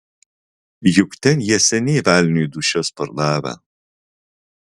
juk ten jie seniai velniui dūšias pardavę